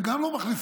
גם לא מחליפים.